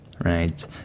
right